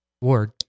Word